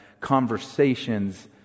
conversations